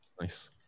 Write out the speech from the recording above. Nice